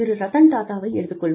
ரத்தன் டாடாவை எடுத்துக் கொள்வோம்